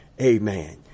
amen